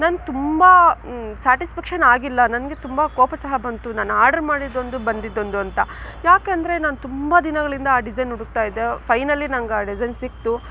ನನ್ನ ತುಂಬ ಸ್ಯಾಟಿಸ್ಫೆಕ್ಷನ್ ಆಗಿಲ್ಲ ನನಗೆ ತುಂಬ ಕೋಪ ಸಹ ಬಂತು ನನ್ನ ಆರ್ಡರ್ ಮಾಡಿದ್ದೊಂದು ಬಂದಿದ್ದೊಂದು ಅಂತ ಯಾಕಂದರೆ ನಾನು ತುಂಬ ದಿನಗಳಿಂದ ಆ ಡಿಸೈನ್ ಹುಡಕ್ತಾಯಿದ್ದೆ ಫೈನಲಿ ನಂಗೆ ಆ ಡಿಸೈನ್ ಸಿಕ್ತು